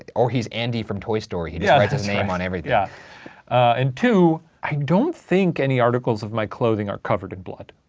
or he's andy from toy story, he just yeah writes his name on everything. yeah and two, i don't think any articles of my clothing are covered in blood.